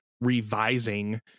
revising